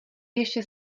ještě